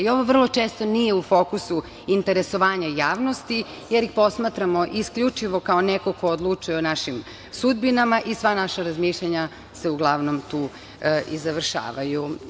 Ovo vrlo često nije u fokusu interesovanja javnosti jer ih posmatramo isključivo kao nekog ko odlučuje o našim sudbinama i sva naša razmišljanja se uglavnom tu i završavaju.